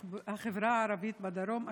בדוחות על עבירות תנועה של החברה הערבית בדרום,